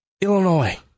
Illinois